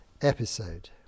episode